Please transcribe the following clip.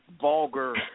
vulgar